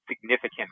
significant